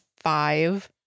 five